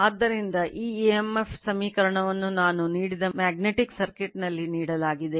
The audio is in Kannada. ಆದ್ದರಿಂದ ಈ emf ಸಮೀಕರಣವನ್ನು ನಾನು ನೀಡಿದ ಮ್ಯಾಗ್ನೆಟಿಕ್ ಸರ್ಕ್ಯೂಟ್ನಲ್ಲಿ ನೀಡಲಾಗಿದೆ